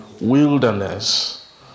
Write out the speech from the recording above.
wilderness